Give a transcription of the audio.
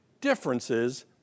differences